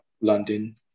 London